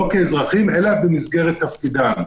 לא כאזרחים, אלא במסגרת תפקידם.